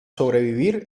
sobrevivir